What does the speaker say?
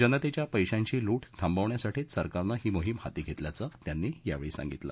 जनतेच्या पैशांची लूट थांबवण्यासाठीच सरकारनं ही मोहिम हाती घेतल्याचं त्यांनी सांगितलं